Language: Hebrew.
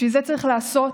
בשביל זה צריך לעשות,